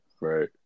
Right